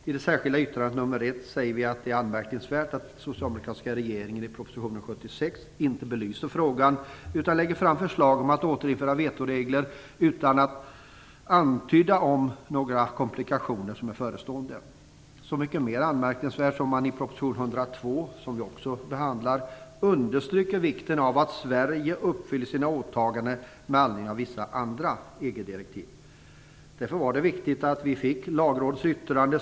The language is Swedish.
I det särskilda yttrandet nr 1 säger vi att det är anmärkningsvärt att den socialdemokratiska regeringen i proposition 76 inte belyser frågan utan lägger fram förslag om att vetoregler skall återinföras utan att man antyder några förestående komplikationer. Det är så mycket mer anmärkningsvärt med tanke på att man i proposition 102, som vi också behandlar, understryker vikten av att Sverige skall uppfylla sina åtaganden med anledning av vissa andra EG-direktiv. Därför var det viktigt att vi fick Lagrådets yttrande.